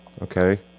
Okay